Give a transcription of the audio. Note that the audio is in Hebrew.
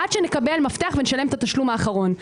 עד שנקבל מפתח ונשלם את התשלום האחרון.